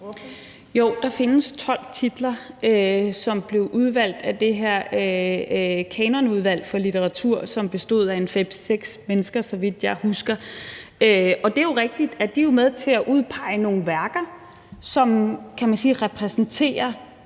Jo, der findes 12 titler, som blev udvalgt af det her kanonudvalg for litteratur, som bestod af en fem-seks mennesker, så vidt jeg husker. Og det er jo rigtigt, at de var med til at udpege nogle værker, som repræsenterer